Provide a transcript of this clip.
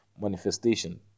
manifestation